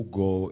go